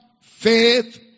faith